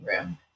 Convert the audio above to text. room